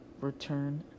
Return